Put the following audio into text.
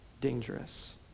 Dangerous